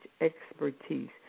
expertise